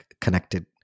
connected